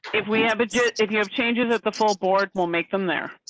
if we have it, if you have changes that the full board will make them there.